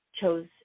chose